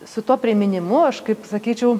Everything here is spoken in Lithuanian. su tuo priminimu aš kaip sakyčiau